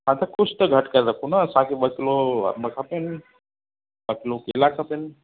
हा त कुझु त घटि करे रखो न असांखे ॿ किलो अंब खपनि ॿ किलो केला खपनि